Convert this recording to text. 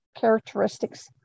characteristics